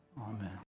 Amen